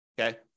Okay